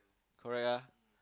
correct ah